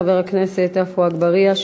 חבר הכנסת עפו אגבאריה,